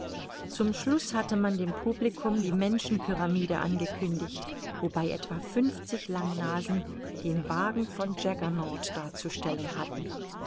zum schluß hatte man dem publicum die menschenpyramide angekündigt wobei etwa fünfzig langnasen den wagen von dschaggernaut darzustellen hatten